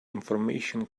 information